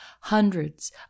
Hundreds